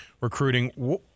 recruiting